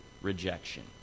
rejection